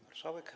Marszałek!